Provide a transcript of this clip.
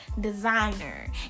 designer